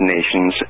Nations